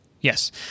Yes